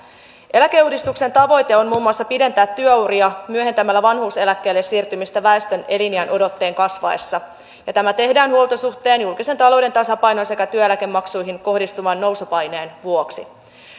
eläkeuudistuksen tavoite on muun muassa pidentää työuria myöhentämällä vanhuuseläkkeelle siirtymistä väestön eliniänodotteen kasvaessa ja tämä tehdään huoltosuhteen julkisen talouden tasapainon sekä työeläkemaksuihin kohdistuvan nousupaineen vuoksi